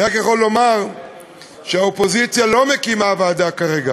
אני רק יכול לומר שהאופוזיציה לא מקימה ועדה כרגע,